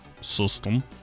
system